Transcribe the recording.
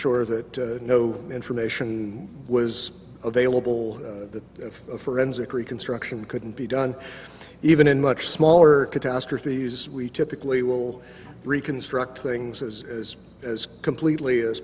sure that no information was available that if a forensic reconstruction couldn't be done even in much smaller catastrophes we typically will reconstruct things as as as completely as